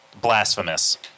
Blasphemous